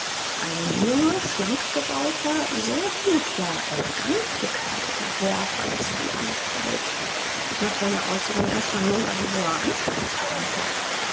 ein junger schlank gebauter sehr gut ja elegant gekleideter herr verläßt die anstalt nach seiner äußeren erscheinung ein hoher